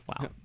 Wow